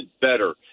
better